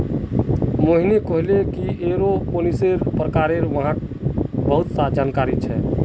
मोहिनी कहले जे एरोपोनिक्सेर प्रकारेर बार वहाक जानकारी छेक